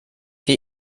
wir